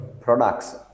products